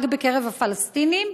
רק בקרב הפלסטינים.